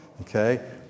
Okay